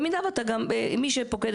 או פוטר